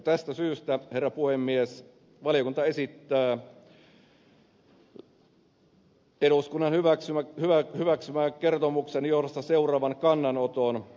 tästä syystä herra puhemies valiokunta esittää että eduskunta hyväksyy kertomuksen johdosta seuraavan kannanoton